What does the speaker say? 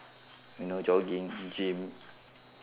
you know jogging gym